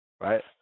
right